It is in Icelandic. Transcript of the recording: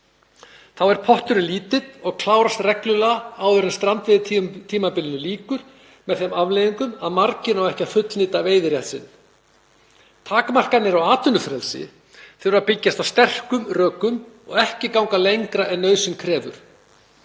Þá er potturinn lítill og klárast reglulega áður en strandveiðitímabilinu lýkur, með þeim afleiðingum að margir ná ekki að fullnýta veiðirétt sinn. Takmarkanir á atvinnufrelsi þurfa að byggjast á sterkum rökum og ekki ganga lengra en nauðsyn krefur.